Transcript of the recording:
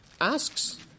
asks